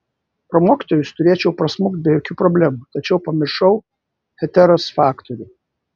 pro mokytojus turėčiau prasmukti be jokių problemų tačiau pamiršau heteros faktorių